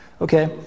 Okay